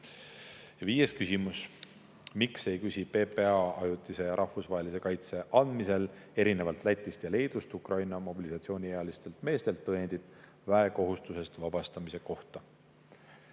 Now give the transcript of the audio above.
Viies küsimus: "Miks ei küsi PPA ajutise ja rahvusvahelise kaitse andmisel erinevalt Lätist ja Leedust Ukraina mobilisatsiooniealistelt meestelt tõendit väekohustusest vabastamise kohta?"